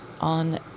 on